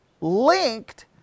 linked